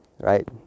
right